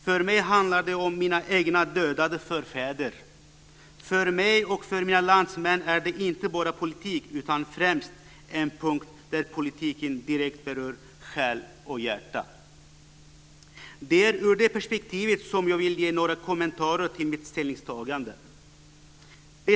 För mig handlar det om mina egna dödade förfäder. För mig och för mina landsmän är detta inte bara politik, utan främst en punkt där politiken direkt berör själ och hjärta. Det är i det perspektivet som jag vill ge några kommentarer till mitt ställningstagande.